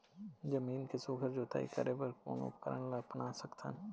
जमीन के सुघ्घर जोताई करे बर कोन उपकरण ला अपना सकथन?